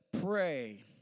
pray